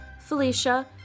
Felicia